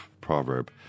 proverb